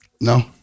No